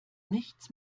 nichts